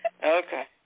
Okay